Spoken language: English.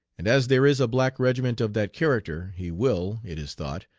and as there is a black regiment of that character he will, it is thought,